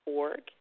org